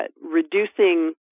reducing